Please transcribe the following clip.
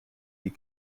die